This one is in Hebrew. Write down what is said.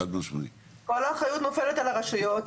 כל האחריות נופלת על הרשויות,